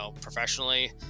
professionally